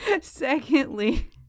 Secondly